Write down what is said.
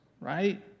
right